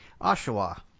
Oshawa